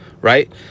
right